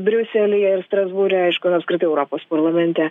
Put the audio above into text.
briuselyje ir strasbūre aišku apskritai europos parlamente